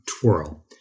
twirl